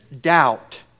doubt